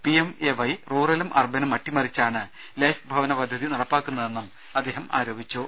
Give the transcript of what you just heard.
PMAY റൂറലും അർബനും അട്ടിമറിച്ചാണ് ലൈഫ് ഭവനപദ്ധതി നടപ്പാക്കുന്നതെന്നും അദ്ദേഹം ആരോപിച്ചു